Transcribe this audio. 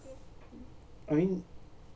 I mean